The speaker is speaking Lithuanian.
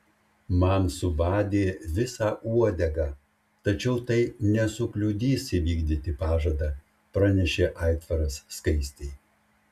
man subadė visą uodegą tačiau tai nesukliudys įvykdyti pažadą pranešė aitvaras skaistei